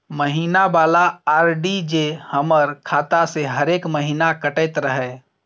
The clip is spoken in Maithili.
महीना वाला आर.डी जे हमर खाता से हरेक महीना कटैत रहे?